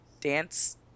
dance